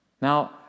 Now